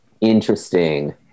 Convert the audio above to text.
interesting